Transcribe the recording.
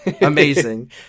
amazing